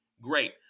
Great